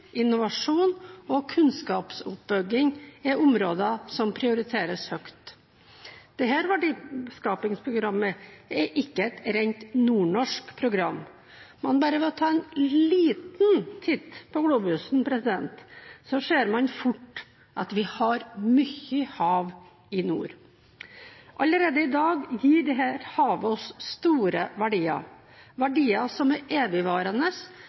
innovasjon og kunnskapsoppbygging er områder som prioriteres høyt. Dette verdiskapingsprogrammet er ikke et rent nordnorsk program. Bare ved å ta en liten titt på globusen ser man fort at vi har mye hav i nord. Allerede i dag gir dette havet oss store verdier – verdier som er evigvarende